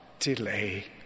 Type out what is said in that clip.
delay